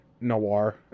noir